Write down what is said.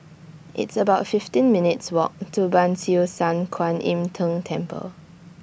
It's about fifteen minutes' Walk to Ban Siew San Kuan Im Tng Temple